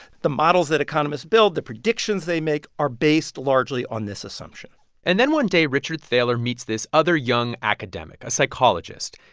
the models that economists build, the predictions they make are based largely on this assumption and then one day, richard thaler meets this other young academic, a psychologist.